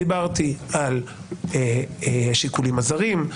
דיברתי על השיקולים הזרים.